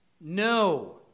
No